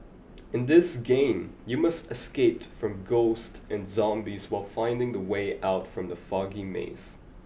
in this game you must escape from ghosts and zombies while finding the way out from the foggy maze